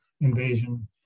invasion